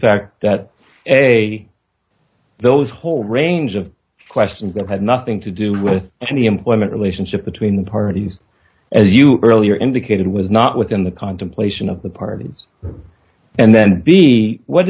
fact that a those whole range of questions that had nothing to do with any employment relationship between the parties as you earlier indicated was not within the contemplation of the parties and then what